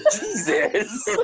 Jesus